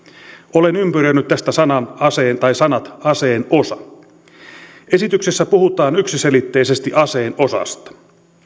olen ympyröinyt tästä sanat aseen osa esityksessä puhutaan yksiselitteisesti aseen osasta